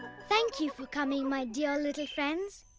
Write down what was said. thank you for coming, my dear little friends.